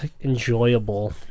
enjoyable